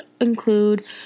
include